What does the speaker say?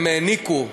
הם העניקו